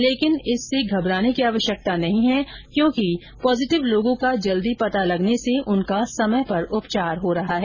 लेकिन इससे घबराने की आवश्यकता नहीं है क्योंकि पॉजिटिव लोगों का जल्दी पता लगने से उनका समय पर उपचार हो रहा है